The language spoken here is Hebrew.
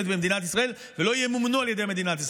במדינת ישראל ולא ימומנו על ידי מדינת ישראל.